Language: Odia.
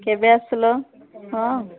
କେବେ ଆସିଲ ହଁ